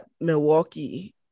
Milwaukee